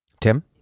Tim